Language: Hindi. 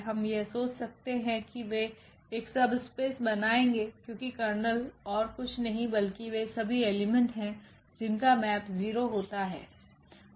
हम यह सोच सकते हैं कि वे एक सबस्पेस बनाएंगे क्योंकि कर्नेल और कुछ नहीं बल्कि वे सभी एलिमेंट है जिनका मैप 0 होता है